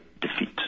defeat